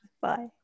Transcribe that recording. Bye